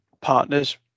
partners